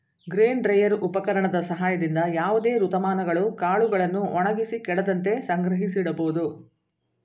grain dryer ಉಪಕರಣದ ಸಹಾಯದಿಂದ ಯಾವುದೇ ಋತುಮಾನಗಳು ಕಾಳುಗಳನ್ನು ಒಣಗಿಸಿ ಕೆಡದಂತೆ ಸಂಗ್ರಹಿಸಿಡಬೋದು